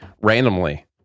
randomly